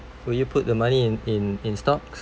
would you put the money in in in stocks